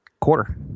quarter